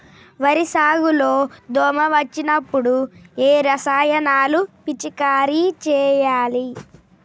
వరి సాగు లో దోమ వచ్చినప్పుడు ఏ రసాయనాలు పిచికారీ చేయాలి?